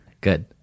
Good